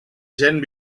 gent